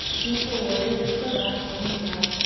peaceful warrior just for a breath. inhale.